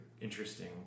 interesting